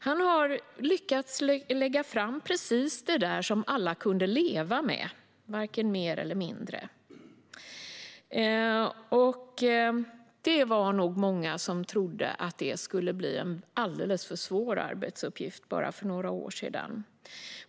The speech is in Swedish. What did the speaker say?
Han har lyckats lägga fram precis det som alla kan leva med, varken mer eller mindre. Det var nog för bara några år sedan många som trodde att det skulle bli en alldeles för svår arbetsuppgift.